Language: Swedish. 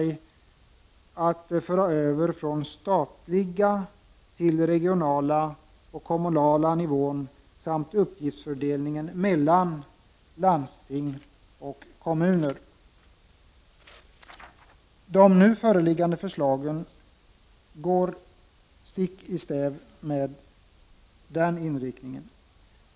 1989/90:35 kommunal nivå samt uppgiftsfördelningen mellan landsting och kommuner. 29 november 1989 De nu föreliggande förslagen går stick i stäv mot den inriktningen.